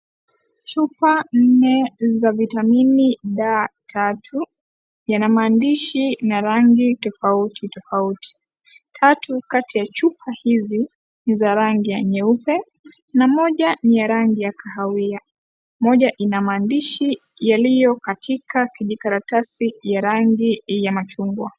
Chupa nne za vitamini daa tatu yana maandishi na rangi tofauti tofauti. Tatu Kati ya chupa hizi, ni za rangi nyeupe na moja ni ya rangi ya kahawia. Moja ina maandishi yaliyo katika kijikaratasi ya rangi ya machungwa.